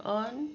on